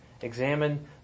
Examine